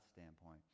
standpoint